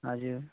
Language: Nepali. हजुर